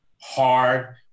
hard